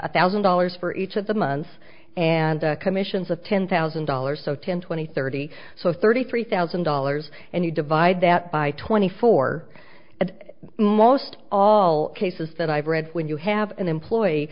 a thousand dollars for each of the months and commissions of ten thousand dollars so ten twenty thirty so thirty three thousand dollars and you divide that by twenty four at most all cases that i've read when you have an employee